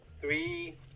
three